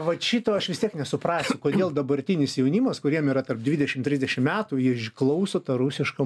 vat šito aš vis tiek nesuprasiu kodėl dabartinis jaunimas kuriems yra tarp dvidešim trisdešim metų jie klauso tą rusišką